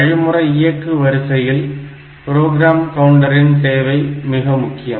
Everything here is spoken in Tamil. வழிமுறை இயக்கு வரிசையில் ப்ரோக்ராம் கவுண்டரின் தேவை மிக முக்கியம்